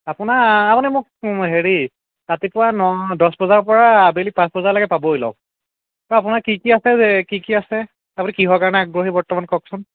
আপোনাৰ আপুনি মোক হেৰি ৰাতিপুৱা ন দহ বজাৰ পৰা আবেলি পাঁচ বজালৈকে পাবই লগ বা আপোনাৰ কি কি আছে এ কি কি আছে আপুনি কিহৰ কাৰণে আগ্ৰহী বৰ্তমান কওকচোন